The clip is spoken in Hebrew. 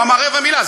לא אמר רבע מילה.